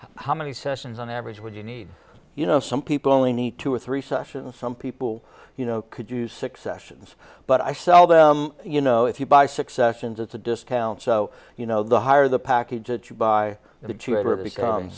many sessions on average would you need you know some people only need two or three sessions some people could do six sessions but i seldom you know if you buy six sessions it's a discount so you know the higher the package that you buy the